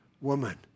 woman